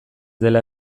dela